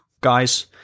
guys